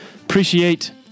Appreciate